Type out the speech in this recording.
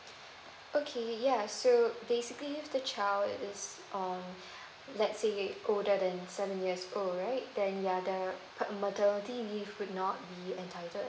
okay yeah so basically if the child is um let's say older than seven years old right then yeah the pa~ maternity leave would not be entitled